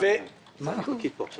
שהתשלום של ישראל